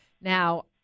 Now